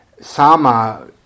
sama